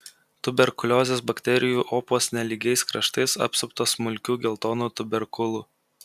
tuberkuliozės bakterijų opos nelygiais kraštais apsuptos smulkių geltonų tuberkulų